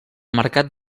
mercat